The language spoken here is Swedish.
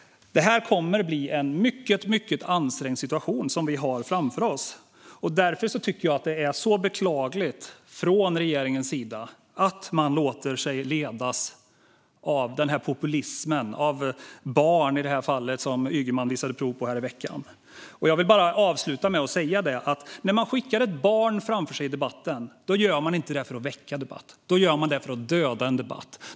Vi har en mycket ansträngd situation framför oss. Därför tycker jag att det är beklagligt att man från regeringens sida låter sig ledas av populism - av barn i det här fallet - som Ygeman visade prov på i veckan. Jag vill bara avsluta med att säga att man, när man skickar ett barn framför sig i debatten, inte gör det för att väcka debatt utan för att döda debatten.